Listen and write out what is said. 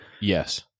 Yes